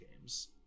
games